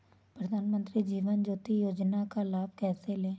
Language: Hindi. प्रधानमंत्री जीवन ज्योति योजना का लाभ कैसे लें?